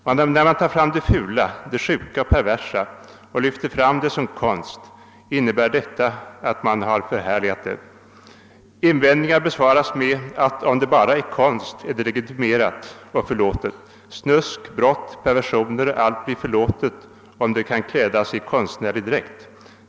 Och när man tar fram det fula, det sjuka och perversa och lyfter fram det som konst, innebär detta att man har förhärligat det. Invändningar besvaras med att ”om det bara är konst är det legitimerat och förlåtet”. Snusk, brott, perversioner, allt blir förlåtet om det kan klädas i konstnärlig dräkt.